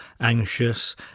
anxious